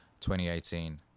2018